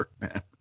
man